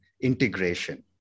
integration